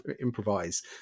improvise